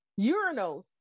urinals